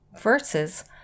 versus